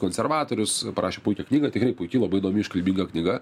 konservatorius parašė puikią knygą tikrai puiki labai įdomi iškalbinga knyga